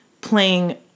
playing